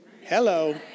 Hello